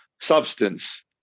substance